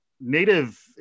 native